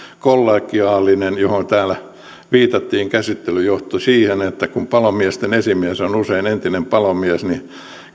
kollegiaalinen mihin täällä viitattiin käsittely johti siihen että kun palomiesten esimies on usein entinen palomies niin